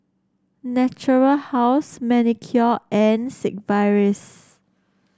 Natura House Manicare and Sigvaris